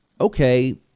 Okay